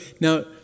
Now